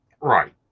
Right